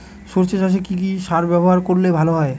সর্ষে চাসে কি কি সার ব্যবহার করলে ভালো হয়?